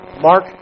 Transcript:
Mark